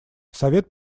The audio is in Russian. совет